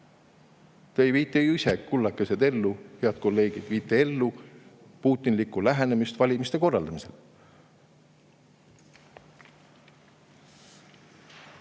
Te viite ju ise, kullakesed, ellu, head kolleegid, viite ellu putinlikku lähenemist valimiste korraldamisele. Teisi